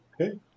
Okay